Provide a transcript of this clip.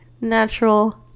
natural